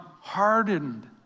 hardened